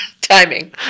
Timing